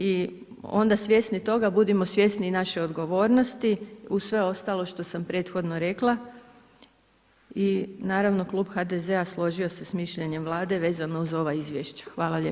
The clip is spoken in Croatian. I onda svjesni toga, budimo svjesni naše odgovornosti, uz sve ostalo što sam prethodno rekla i naravno, Klub HDZ-a složio se s mišljenjem vlade, vezano uz ova izvješća, hvala lijepo.